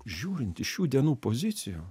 žiūrint iš šių dienų pozicijų